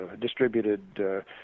distributed